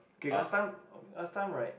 okay last time last time right